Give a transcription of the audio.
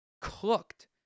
cooked